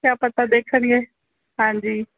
ਕਿਆ ਪਤਾ ਦੇਖਣਗੇ ਹਾਂਜੀ